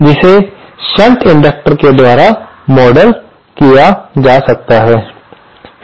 जिसे shunt inductor के द्वारा मॉडल किया जा सकता है